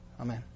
Amen